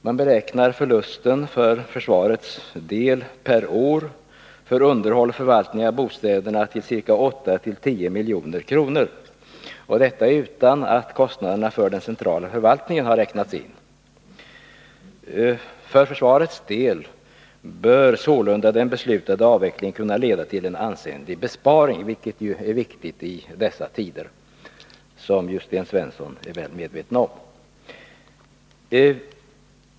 Man beräknar förlusten per år för försvaret för dess underhåll och förvaltning av bostäderna till ca 8-10 milj.kr., detta utan att kostnaderna för den centrala förvaltningen har räknats in. För försvarets del bör sålunda den beslutade avvecklingen kunna leda till en ansenlig besparing, vilket ju är viktigt i dessa tider, såsom Sten Svensson är väl medveten om.